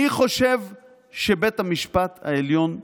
אני חושב שבית המשפט העליון טועה.